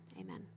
Amen